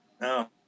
No